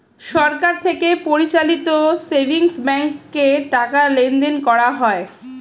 সরকার থেকে পরিচালিত সেভিংস ব্যাঙ্কে টাকা লেনদেন করা হয়